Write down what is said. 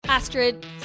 Astrid